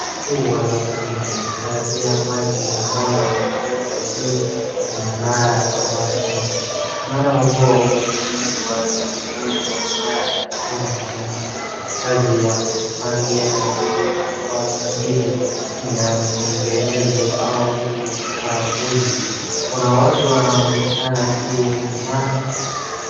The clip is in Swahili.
Tanki kubwa la kuhifadhia maji ambalo yamewekwa juu mnara wa chuma. Mnara huo umeundwa na muundo imara ya chuma na una ngazi ya kupandia juu kwa ajili ya matengenezo au ukaguzi, Kuna watu wanaonekana juu mnara.